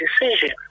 decision